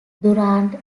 durand